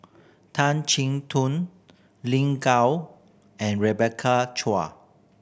Tan Chin Tuan Lin Gao and Rebecca Chua